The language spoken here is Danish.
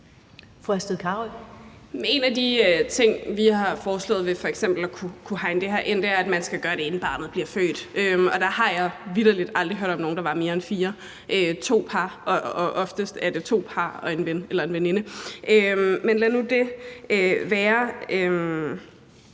En af de ting, vi har foreslået til f.eks. at kunne hegne det her ind, er, at man skal gøre det, inden barnet bliver født, og der har jeg vitterlig aldrig hørt om, at der var flere end fire personer – oftest er det to par eller et par og en ven eller veninde. Men lad nu det være.